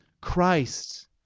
Christ